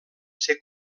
ser